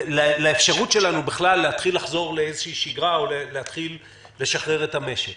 לאפשרות שלנו בכלל להתחיל לחזור לאיזושהי שגרה או להתחיל לשחרר את המשק.